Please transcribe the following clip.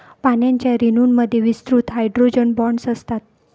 पाण्याच्या रेणूंमध्ये विस्तृत हायड्रोजन बॉण्ड असतात